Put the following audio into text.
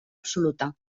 absoluta